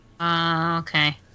Okay